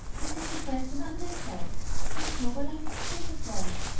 and seemed depressed and under a cloud but clover liked his face at once.